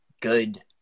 good